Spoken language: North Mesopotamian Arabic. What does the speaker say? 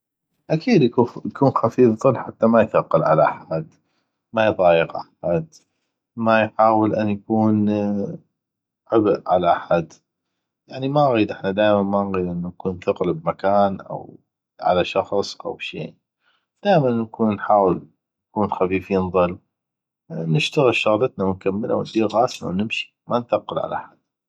اكيد يكون خفيف ضل حته ما يثقل على احد ما يضايق احد ما يحاول أن يكون عبيء على احد يعني ما نغيد احنا دائما ما نغيد انو نكون ثقل بمكان أو على شخص او شي دائما نكون نحاول نكون خفيفين ضل دائما نشتغل شغلتنا ونخلصه ونديغ غاسنا ونمشي حته ما نثقل على احد